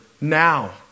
now